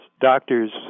doctors